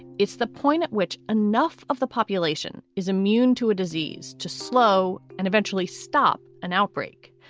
it's the point at which enough of the population is immune to a disease to slow and eventually stop an outbreak.